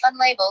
unlabeled